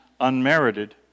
unmerited